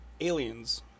Aliens